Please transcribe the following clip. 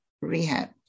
rehab